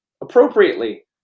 appropriately